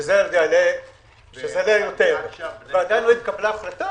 שזה יעלה יותר כסף, ועדיין לא התקבלה החלטה.